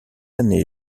année